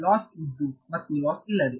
loss ಇದ್ದು ಮತ್ತು loss ಇಲ್ಲದೆ